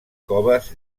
coves